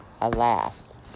Alas